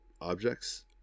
objects